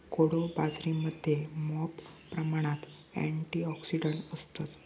कोडो बाजरीमध्ये मॉप प्रमाणात अँटिऑक्सिडंट्स असतत